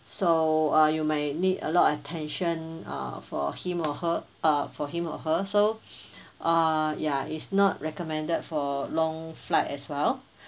so uh you may need a lot of attention uh for him or her uh for him or her so uh ya it's not recommended for long flight as well